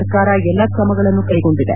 ಸರ್ಕಾರ ಎಲ್ಲ ಕ್ರಮಗಳನ್ನು ಕೈಗೊಂಡಿದೆ